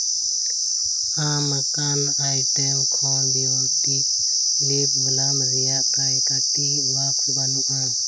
ᱟᱢ ᱟᱠᱟᱱ ᱟᱭᱴᱮᱢ ᱠᱷᱚᱱ ᱵᱤᱭᱩᱴᱤᱠ ᱞᱤᱯ ᱵᱞᱟᱢ ᱨᱮᱭᱟᱜ ᱠᱟᱭᱠᱟᱛᱤ ᱵᱟᱠᱥ ᱵᱟᱹᱱᱩᱜᱼᱟ